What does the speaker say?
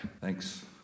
Thanks